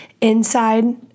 inside